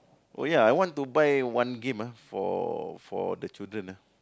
oh ya I want to buy one game ah for for the children ah